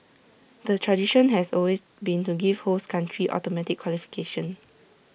the tradition has always been to give host country automatic qualification